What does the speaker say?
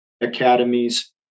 academies